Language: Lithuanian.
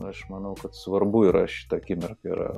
aš manau kad svarbu yra šitą akimirką